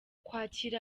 kwakira